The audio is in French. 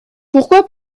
pourquoi